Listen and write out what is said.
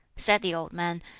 said the old man,